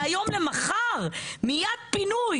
מהיום למחר - מייד פינוי.